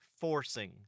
forcing